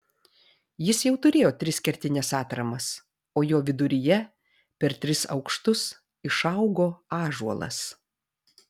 jis jau turėjo tris kertines atramas o jo viduryje per tris aukštus išaugo ąžuolas